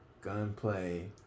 gunplay